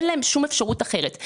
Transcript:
אין להם שום אפשרות אחרת.